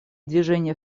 движения